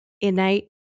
innate